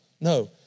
No